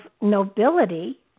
nobility